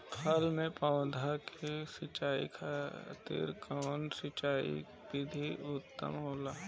फल के पौधो के सिंचाई खातिर कउन सिंचाई विधि उत्तम होखेला?